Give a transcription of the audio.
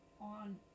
on